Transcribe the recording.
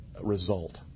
result